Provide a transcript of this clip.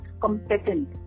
competent